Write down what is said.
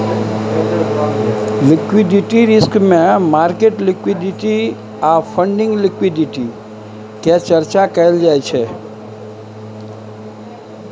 liquidity risk मे market liquidity आ funding liquidity के चर्चा कएल जाइ छै